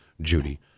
Judy